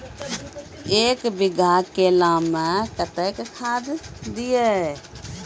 एक बीघा केला मैं कत्तेक खाद दिये?